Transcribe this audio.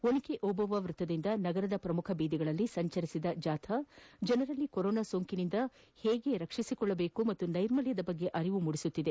ಒನಕೆ ಒಬವ್ವ ವೃತ್ತದಿಂದ ನಗರದ ಪ್ರಮುಖ ಬೀದಿಗಳಲ್ಲಿ ಸಂಚರಿಸಿದ ಜಾಥಾ ಜನರಲ್ಲಿ ಕೊರೊನಾ ಸೋಂಕಿನಿಂದ ಹೇಗೆ ರಕ್ಷಿಸಿಕೊಳ್ಳಬೇಕು ಮತ್ತು ನೈರ್ಮಲ್ಯದ ಬಗ್ಗೆ ಅರಿವು ಮೂಡಿಸುತ್ತಿದೆ